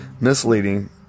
misleading